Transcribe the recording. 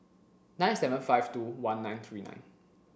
nine seven five two one nine three nine